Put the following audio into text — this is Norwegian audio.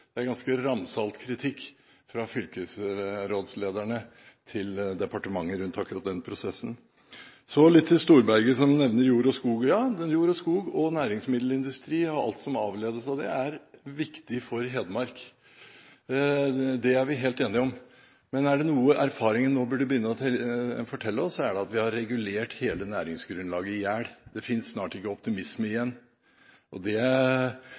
Det er ganske ramsalt kritikk fra fylkesrådslederne til departementet rundt akkurat den prosessen. Så til Storberget som nevner jord og skog. Ja, jord og skog og næringsmiddelindustri og alt som avledes av det, er viktig for Hedmark. Det er vi helt enige om, men er det noe erfaringen nå burde begynne å fortelle oss, er det at vi har regulert hele næringsgrunnlaget i hjel. Det finnes snart ikke optimisme igjen, og det